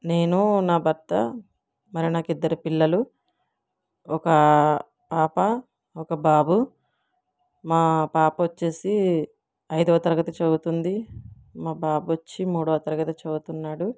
నేను నా భర్త మరి నాకు ఇద్దరు పిల్లలు ఒక పాప ఒక బాబు మా పాప వచ్చి ఐదవ తరగతి చదువుతుంది మా బాబు వచ్చి మూడవ తరగతి చదువుతున్నాడు